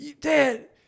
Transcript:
Dad